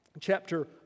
chapter